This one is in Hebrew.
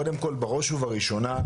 קודם כל בראש ובראשונה,